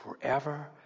forever